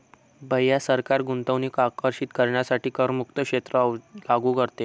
भैया सरकार गुंतवणूक आकर्षित करण्यासाठी करमुक्त क्षेत्र लागू करते